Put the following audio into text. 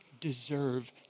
deserve